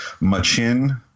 Machin